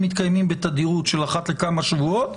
הם מתקיימים בתדירות של אחת לכמה שבועות,